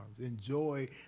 enjoy